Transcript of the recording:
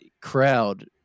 crowd